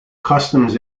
customs